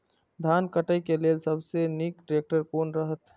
धान काटय के लेल सबसे नीक ट्रैक्टर कोन रहैत?